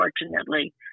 unfortunately